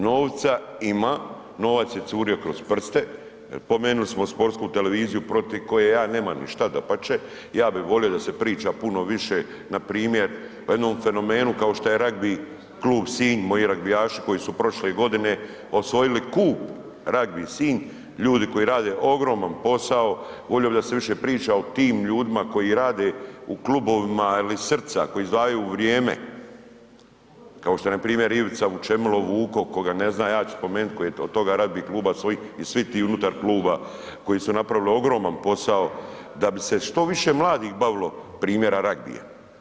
Novca ima, novac je curio kroz prste, spomenuli smo sportsku televiziju protiv koje ja nemam ništa, dapače, ja bi volio da se priča puno više npr. o jednom fenomenu kao šta je ragbi klub Sinj, moji ragbijaši koji su prošle godine osvojili kup ragbi Sinj, ljudi koji rade ogroman posao, volio bi da se više priča o tim ljudima koji rade u klubovima, ali iz srca koji izdvajaju vrijeme, kao što je npr. Ivica Vučemilo, Vuko ko ga ne zna, ja ću spomenut koji od toga ragbi kluba svoji i svi ti unutar kluba koji su napravili ogroman posao da bi se što više mladih bavilo primjera ragbija.